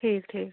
ٹھیٖک ٹھیٖک